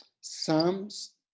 Psalms